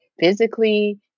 Physically